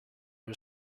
are